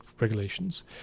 regulations